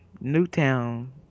Newtown